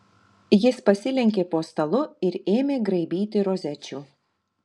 jis pasilenkė po stalu ir ėmė graibyti rozečių